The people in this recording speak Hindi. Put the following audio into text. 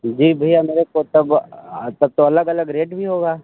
जी भइया मेरे को तब तब तो अलग अलग रेट भी होगा